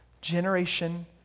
Generation